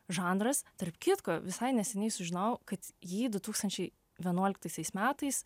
žanras tarp kitko visai neseniai sužinojau kad jį du tūkstančiai vienuoliktaisiais metais